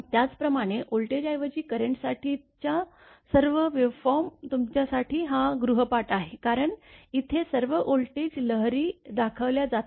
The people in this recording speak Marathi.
त्याचप्रमाणे व्होल्टेजऐवजी करंटसाठीच्या सर्व वेव्हफॉर्म तुमच्यासाठी हा गृहपाठ आहे कारण इथे सर्व व्होल्टेज लहरी दाखवल्या जातात